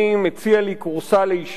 הציע לי כורסה לישיבה,